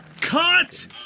Cut